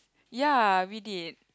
ya we did